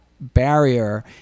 barrier